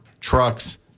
trucks